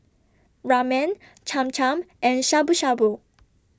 Ramen Cham Cham and Shabu Shabu